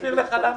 אסביר לך למה.